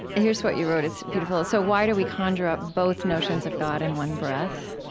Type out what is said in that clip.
here's what you wrote it's beautiful so why do we conjure up both notions of god in one breath?